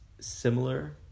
similar